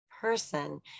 person